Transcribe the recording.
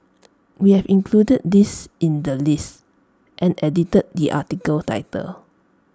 we have included this in the list and edited the article title